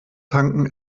tanken